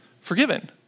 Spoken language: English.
forgiven